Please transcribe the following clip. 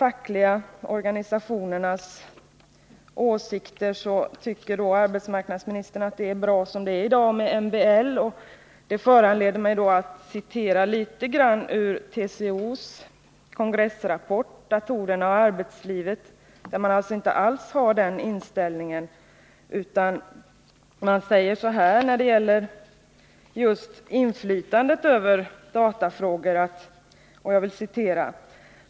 Arbetsmarknadsministern tycker alltså att det är bra som det i dag är med MBL. Det föranleder mig att citera ett avsnitt ur TCO:s kongressrapport Datorerna och arbetslivet, där man inte alls visar den inställningen. Man säger så här just när det gäller inflytandet över datafrågor.